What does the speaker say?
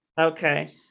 Okay